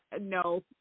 no